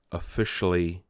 officially